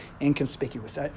Inconspicuous